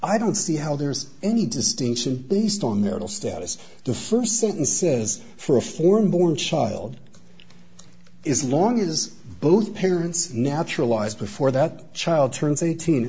i don't see how there's any distinction based on their status the st sentence is for a foreign born child is long as both parents naturalized before that child turns eighteen